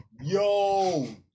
Yo